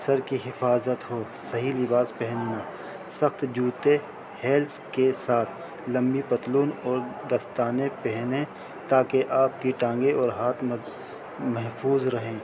اثر کی حفاظت ہو صحیح لباس پہننا سخت جوتے ہیلز کے ساتھ لمبی پتلون اور دستانیں پہنیں تاکہ آپ کی ٹانگے اور ہاتھ محفوظ رہیں